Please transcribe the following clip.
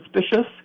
suspicious